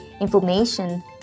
information